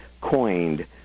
coined